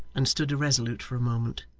and stood irresolute for a moment,